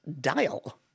dial